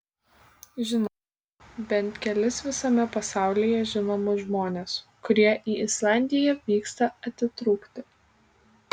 žinau bent kelis visame pasaulyje žinomus žmones kurie į islandiją vyksta atitrūkti